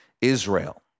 Israel